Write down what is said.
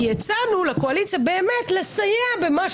כי הצענו לקואליציה באמת לסייע במה